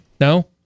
No